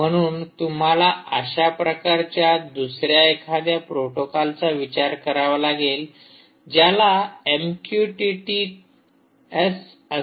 म्हणून तुम्हाला अशाच प्रकारच्या दुसऱ्या एखाद्या प्रोटोकॉलचा विचार करावा लागेल ज्याला एमक्यूटीटी एस असे म्हणतात